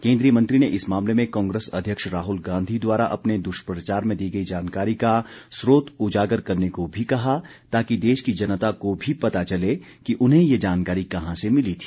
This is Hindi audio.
केन्द्रीय मंत्री ने इस मामले में कांग्रेस अध्यक्ष राहुल गांधी द्वारा अपने दुष्प्रचार में दी गई जानकारी का स्रोत उजागर करने को भी कहा ताकि देश की जनता को भी पता चले की उन्हें ये जानकारी कहां से मिली थी